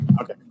Okay